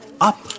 Up